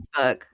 Facebook